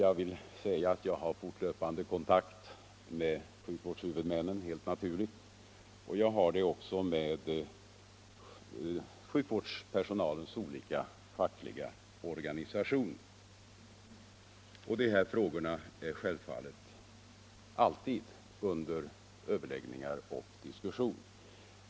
Jag vill peka på att jag självfallet har fortlöpande kontakt med sjukvårdshuvudmännen liksom också med sjukvårdspersonalens fackliga organisationer. De här frågorna är naturligtvis ständigt föremål för överläggningar och diskussion.